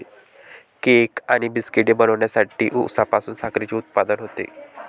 cake आणि बिस्किटे बनवण्यासाठी उसापासून साखरेचे उत्पादन होते